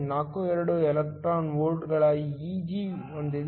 42 electron ವೋಲ್ಟ್ಗಳ Eg ಹೊಂದಿದೆ